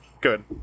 good